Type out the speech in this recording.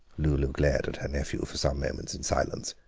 lulu glared at her nephew for some moments in silence.